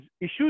issues